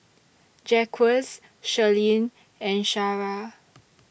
Jacquez Sherlyn and Shara